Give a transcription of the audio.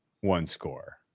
one-score